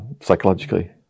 psychologically